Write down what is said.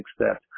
accept